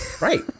Right